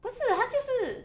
不是他就是